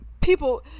people